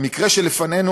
במקרה שלפנינו,